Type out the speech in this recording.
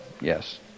Yes